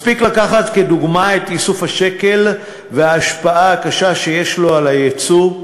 מספיק לקחת כדוגמה את ייסוף השקל וההשפעה הקשה שיש לו על היצוא,